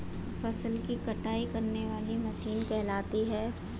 फसल की कटाई करने वाली मशीन कहलाती है?